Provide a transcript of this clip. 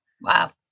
Wow